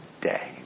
day